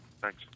Thanks